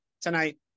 tonight